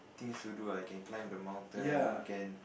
things to do lah you can climb the mountain you can